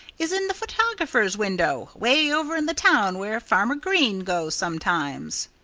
is in the photographer's window, way over in the town where farmer green goes sometimes.